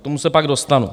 K tomu se pak dostanu.